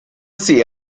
sie